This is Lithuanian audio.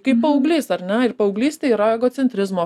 kaip paauglys ar ne ir paauglystėj yra egocentrizmo